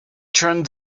turned